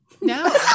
No